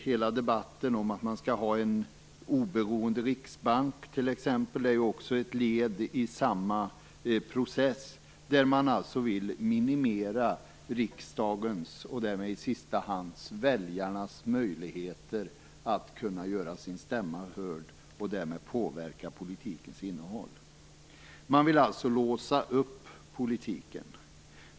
Hela debatten om att man skall ha t.ex. en oberoende riksbank är också ett led i samma process där man vill minimera riksdagens, och därmed i sista hand väljarnas, möjligheter att göra sin stämma hörd och därmed påverka politikens innehåll. Man vill alltså låsa upp politiken.